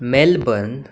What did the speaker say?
Melbourne